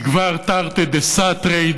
היא כבר תרתי דסתרי,